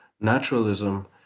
naturalism